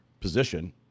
position